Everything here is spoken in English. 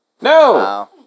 No